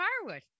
firewood